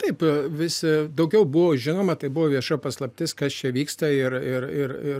taip visi daugiau buvo žinoma tai buvo vieša paslaptis kas čia vyksta ir ir ir ir